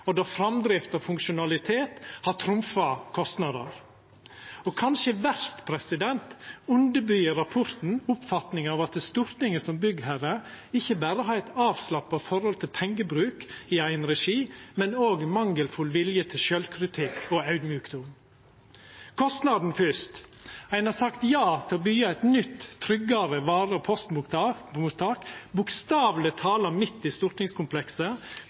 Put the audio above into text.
og der framdrift og funksjonalitet har trumfa kostnader. Og kanskje verst: Rapporten underbyggjer oppfatninga av at Stortinget som byggherre ikkje berre har eit avslappa forhold til pengebruk i eigen regi, men òg ein mangelfull vilje til sjølvkritikk og audmjukdom. Kostnaden fyrst: Ein har sagt ja til å byggja eit nytt og tryggare vare- og postmottak – bokstaveleg tala midt i stortingskomplekset